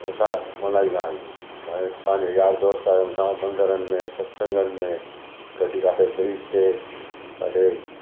असां मल्हाईंदा आहियूं ऐं पंहिंजे यारु दोस्तारनि सां मंदरनि में सतसंगनि में कॾहिं काथे ब्रीज ते कॾहिं